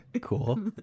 cool